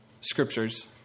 scriptures